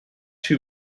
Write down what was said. too